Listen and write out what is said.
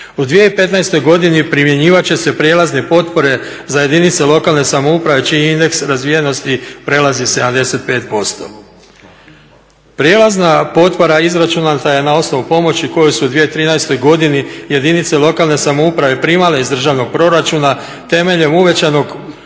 U 2015. godini primjenjivat će se prijelazne potpore za jedinice lokalne samouprave čiji je indeks razvijenosti prelazi 75%. Prijelazna potpora izračunata je na osnovu pomoći koju su u 2013. godini jedinice lokalne samouprave primale iz državnog proračuna temeljem uvećanog udjela